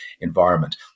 environment